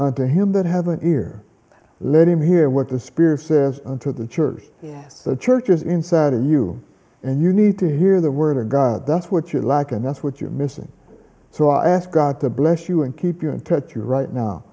to him that have an ear let him hear what the spirit says unto the church the church is inside of you and you need to hear the word of god that's what you lack and that's what you're missing so i ask god to bless you and keep you in touch you right now